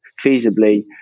feasibly